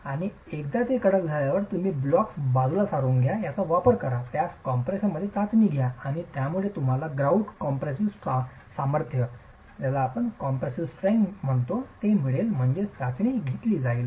आणि एकदा ते कडक झाल्यावर तुम्ही ब्लॉक्स बाजूला सारून घ्या याचा वापर करा त्यास कॉम्प्रेशनमध्ये चाचणी घ्या आणि यामुळे तुम्हाला ग्रॉउट कॉम्प्रेसिव्ह सामर्थ्य मिळेल म्हणजेच ही चाचणी घेतली जाते